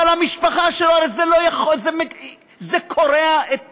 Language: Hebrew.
אבל המשפחה שלו, הרי זה לא יכול, זה קורע, באמת,